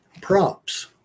props